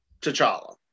T'Challa